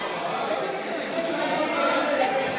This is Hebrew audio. (קוראת בשמות חברי הכנסת)